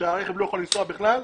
שהרכב לא יכול לנסוע בכלל,